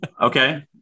Okay